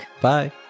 Bye